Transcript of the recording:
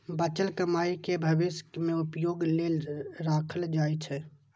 बचल कमाइ कें भविष्य मे उपयोग लेल राखल जाइ छै